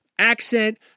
Accent